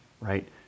right